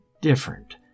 different